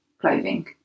clothing